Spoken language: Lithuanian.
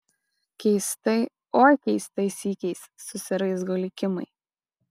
keistai oi keistai sykiais susiraizgo likimai